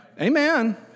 Amen